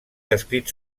descrit